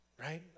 right